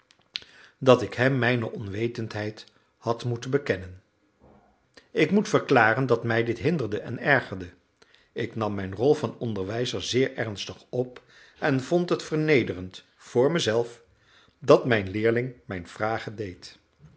dat ik hem mijne onwetendheid had moeten bekennen ik moet verklaren dat mij dit hinderde en ergerde ik nam mijn rol van onderwijzer zeer ernstig op en vond het vernederend voor mezelf dat mijn leerling mij vragen deed